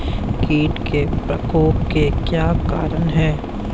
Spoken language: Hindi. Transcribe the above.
कीट के प्रकोप के क्या कारण हैं?